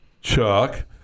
Chuck